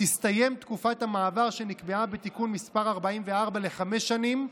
תסתיים תקופת המעבר שנקבעה בתיקון מס' 44 לחמש שנים,